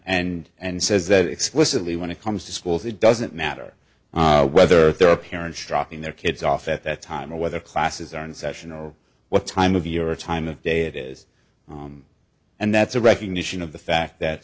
and and says that explicitly when it comes to schools it doesn't matter whether there are parents struck in their kids off at that time or whether classes are in session or what time of year or time of day it is and that's a recognition of the fact that